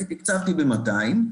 כי תקצבתי ב-200.